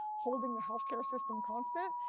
holding the health care system constant.